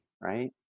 right